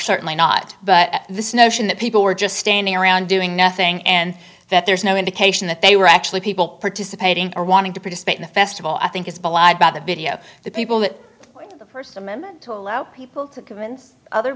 certainly not but this notion that people were just standing around doing nothing and that there's no indication that they were actually people participating or wanting to participate in the festival i think is belied by the video the people that the person meant to allow people to convince other